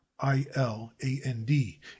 I-L-A-N-D